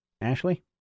Ashley